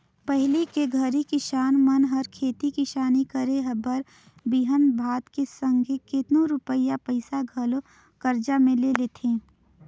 पहिली के घरी किसान मन हर खेती किसानी करे बर बीहन भात के संघे केतनो रूपिया पइसा घलो करजा में ले लेथें